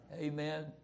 Amen